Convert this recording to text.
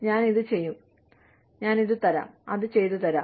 ഞാൻ ഇത് ചെയ്തു തരാം അത് ചെയ്തു തരാം